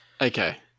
okay